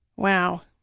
wow.